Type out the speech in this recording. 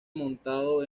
montado